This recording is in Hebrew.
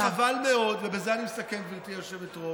וחבל מאוד, ובזה אני מסכם, גברתי היושבת-ראש,